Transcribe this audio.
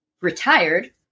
retired